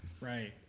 Right